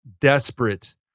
desperate